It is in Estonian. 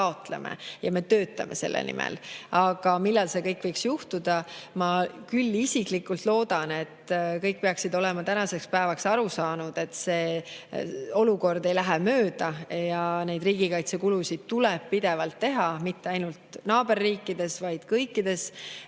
ja me töötame selle nimel. Aga millal see kõik võiks juhtuda? Ma isiklikult küll loodan, et kõik peaksid olema tänaseks päevaks aru saanud, et see olukord ei lähe mööda ja riigikaitsekulutusi tuleb pidevalt teha, mitte ainult [Venemaa] naaberriikides, vaid kõikides